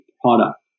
product